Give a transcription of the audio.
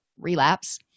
relapse